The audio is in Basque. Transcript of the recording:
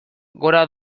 gora